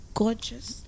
gorgeous